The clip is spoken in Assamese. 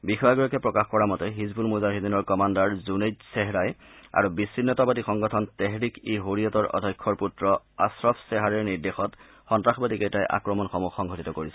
বিষয়াগৰাকীয়ে প্ৰকাশ কৰা মতে হিজবুল মুজাহিদীনৰ কমাণ্ডাৰ জুনেইড চেহৰাই আৰু বিছিন্নতাবাদী সংগঠন তেহৰিক ই ছৰিয়তৰ অধ্যক্ষৰ পুত্ৰ আশ্ৰফ চেহাৰীৰ নিৰ্দেশত সন্ত্ৰাসবাদীকেইটাই আক্ৰমণসমূহ সংঘটিত কৰিছিল